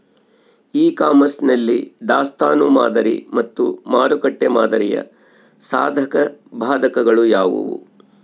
E commerce ನಲ್ಲಿ ದಾಸ್ತನು ಮಾದರಿ ಮತ್ತು ಮಾರುಕಟ್ಟೆ ಮಾದರಿಯ ಸಾಧಕಬಾಧಕಗಳು ಯಾವುವು?